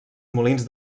molins